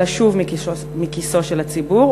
אלא שוב מכיסו של הציבור,